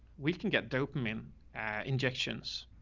we can get dopamine injections.